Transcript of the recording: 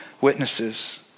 witnesses